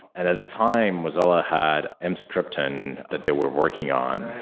at at the time, mozilla had ah mscripton that they were working on,